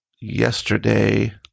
yesterday